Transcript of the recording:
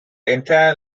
entire